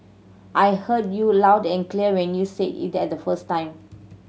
I heard you loud and clear when you said it the first time